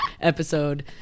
episode